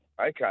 okay